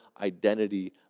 identity